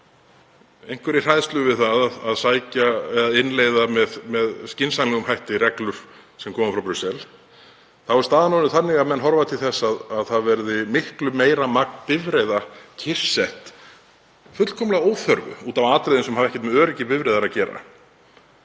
einhverri hræðslu við að innleiða með skynsamlegum hætti reglur sem koma frá Brussel. Þá er staðan orðin þannig að menn horfa til þess að það verði miklu meira magn bifreiða kyrrsett fullkomlega að óþörfu út af atriðum sem hafa ekkert með öryggi bifreiðar að gera,